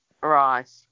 Right